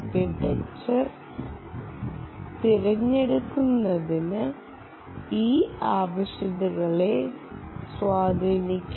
എന്നിരുന്നാലും മൈക്രോകൺട്രോളർ തിരഞ്ഞെടുക്കുന്നത് ഈ ആവശ്യകതകളെ സ്വാധീനിക്കുന്നു